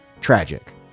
Tragic